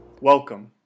Welcome